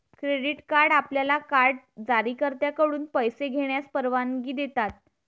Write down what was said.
credit card आपल्याला card जारीकर्त्याकडून पैसे घेण्यास परवानगी देतात